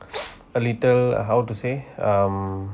a little uh how to say um